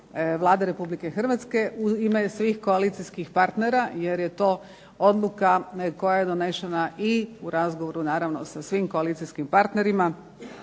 Hrvatske,